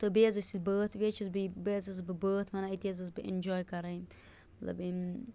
تہٕ بیٚیہِ حظ ٲسۍ بٲتھ بیٚیہِ حظ چھَس بیٚیہِ حظ ٲسٕس بہٕ بٲتھ ونان أتی حظ ٲسٕس بہٕ اِینٛجاے کَران مطلب